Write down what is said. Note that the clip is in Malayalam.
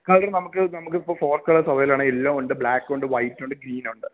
കളര് നമുക്ക് നമുക്ക് ഇപ്പോള് ഫോർ കളേഴ്സ് അവൈലബിളാണ് യെല്ലോ ഉണ്ട് ബ്ലാക്കുണ്ട് വൈറ്റുണ്ട് ഗ്രീനുണ്ട്